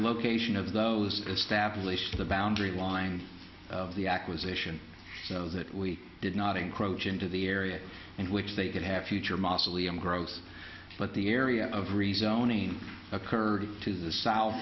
location of those established the boundary lines of the acquisition that we did not encroach into the area and which they could have future mausoleum growth but the area of rezoning occurred to the south